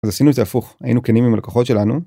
אז עשינו את זה הפוך היינו כנים עם הלקוחות שלנו.